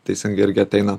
teisingai irgi ateina